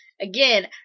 Again